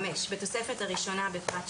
5)בתוספת הראשונה בפרט (3)